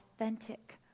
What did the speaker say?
authentic